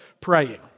praying